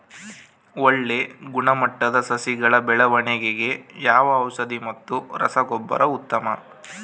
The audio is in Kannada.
ಒಳ್ಳೆ ಗುಣಮಟ್ಟದ ಸಸಿಗಳ ಬೆಳವಣೆಗೆಗೆ ಯಾವ ಔಷಧಿ ಮತ್ತು ರಸಗೊಬ್ಬರ ಉತ್ತಮ?